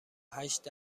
هشت